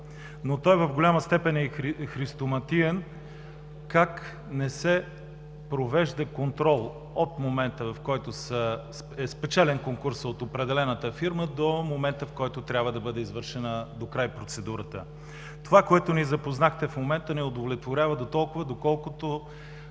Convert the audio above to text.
Но той в голяма степен е и христоматиен как не се провежда контрол от момента, в който е спечелен конкурсът от определената фирма, до момента, в който трябва да бъде извършена докрай процедурата. Това, с което ни запознахте в момента, ни удовлетворява дотолкова, доколкото